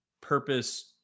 purpose